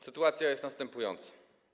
Sytuacja jest następująca.